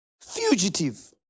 Fugitive